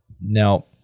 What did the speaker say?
Now